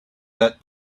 that